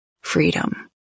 freedom